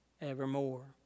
evermore